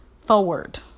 forward